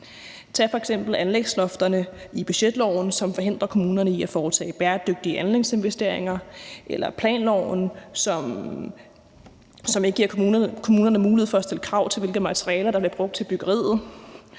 Tag f.eks. anlægslofterne i budgetloven, som forhindrer kommunerne i at foretage bæredygtige anlægsinvesteringer, eller planloven, som ikke giver kommunerne mulighed for at stille krav til, hvilke materialer der bliver brugt i byggeriet